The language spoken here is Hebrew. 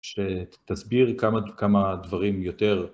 שתסבירי כמה כמה דברים יותר.